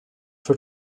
for